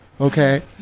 Okay